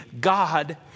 God